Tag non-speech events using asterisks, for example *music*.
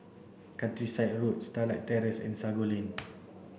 Countryside Road Starlight Terrace and Sago Lane *noise*